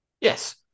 Yes